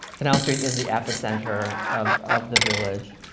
canal street is the epicenter of of the village.